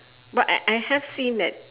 but I I have seen that